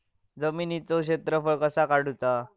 जमिनीचो क्षेत्रफळ कसा काढुचा?